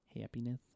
Happiness